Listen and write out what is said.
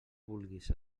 vulguis